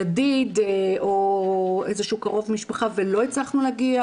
ידיד או איזה שהוא קרוב משפחה ולא הצלחנו להגיע